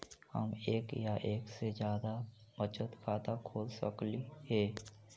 हम एक या एक से जादा बचत खाता खोल सकली हे?